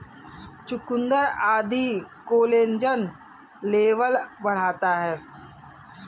चुकुन्दर आदि collagen level बढ़ाता है